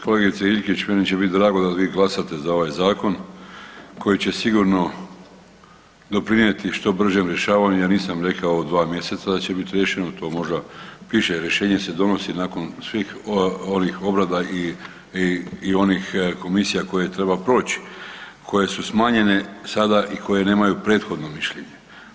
Kolegice Iljkić meni će biti drago da vi glasate za ovaj zakon koji će sigurno doprinijeti što bržem rješavanju, ja nisam rekao 2 mjeseca da će biti riješeno, to možda piše, rješenje se donosi nakon svih ovih obrada i onih komisija koje treba proći koje su smanjene sada i koje nemaju prethodno mišljenje.